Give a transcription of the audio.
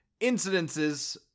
incidences